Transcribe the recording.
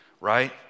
right